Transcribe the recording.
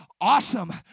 Awesome